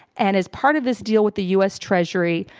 and as part of this deal with the u. s. treasury,